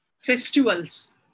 festivals